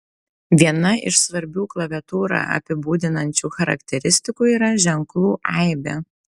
viena iš svarbių klaviatūrą apibūdinančių charakteristikų yra ženklų aibė